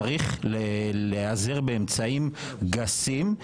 צריך להיעזר באמצעים גסים,